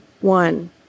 One